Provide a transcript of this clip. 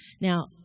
Now